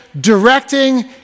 directing